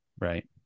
Right